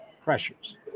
pressures